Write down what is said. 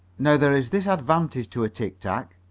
now there is this advantage to a tic-tac.